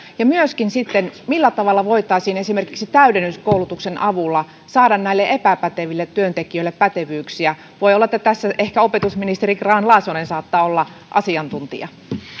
myöskin sitten millä tavalla voitaisiin esimerkiksi täydennyskoulutuksen avulla saada epäpäteville työntekijöille pätevyyksiä voi olla että tässä ehkä opetusministeri grahn laasonen saattaa olla asiantuntija